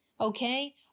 okay